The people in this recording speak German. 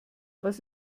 was